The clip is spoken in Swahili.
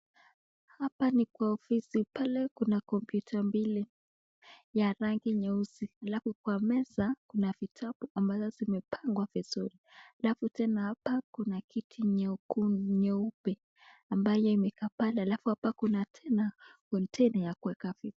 Hapa ni kwa ofisi. Pale kuna kompyuta mbili ya rangi nyeusi halafu kwa meza kuna vitabu ambazo vimepangwa vizuri. Halafu tena hapa kuna kiti nyeku nyeupe ambayo imekaa pala halafu hapa kuna tena container ya kuweka vitu.